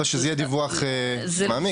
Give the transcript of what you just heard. אבל שיהיה דיווח מעמיק.